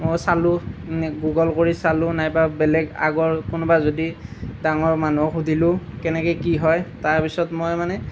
ময়ো চালোঁ মানে গুগল কৰি চালোঁ নাইবা বেলেগ আগৰ কোনোবা যদি ডাঙৰ মানুহক সুধিলোঁ কেনেকৈ কি হয় তাৰপিছত মই মানে